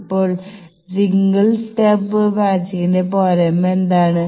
ഇപ്പോൾ single stub മാച്ചിംഗിന്റെ പോരായ്മ എന്താണ്